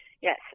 Yes